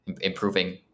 improving